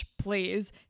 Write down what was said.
please